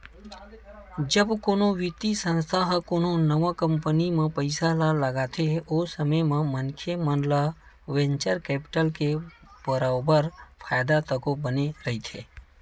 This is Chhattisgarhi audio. जब कोनो बित्तीय संस्था ह कोनो नवा कंपनी म पइसा ल लगाथे ओ समे म मनखे मन ल वेंचर कैपिटल ले बरोबर फायदा तको बने रहिथे